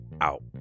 out